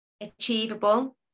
Achievable